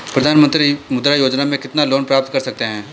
प्रधानमंत्री मुद्रा योजना में कितना लोंन प्राप्त कर सकते हैं?